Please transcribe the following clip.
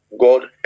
God